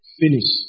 finish